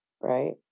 right